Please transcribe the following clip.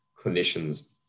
clinicians